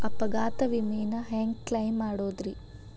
ಅಪಘಾತ ವಿಮೆನ ಹ್ಯಾಂಗ್ ಕ್ಲೈಂ ಮಾಡೋದ್ರಿ?